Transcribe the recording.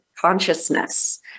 consciousness